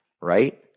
right